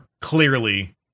clearly